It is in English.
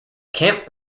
camp